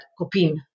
Copin